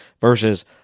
versus